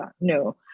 No